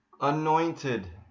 anointed